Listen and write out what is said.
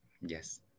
Yes